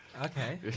okay